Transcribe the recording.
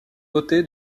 dotée